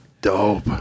dope